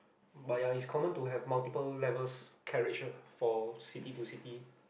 but ya is common to have multiple levels carriage for city to city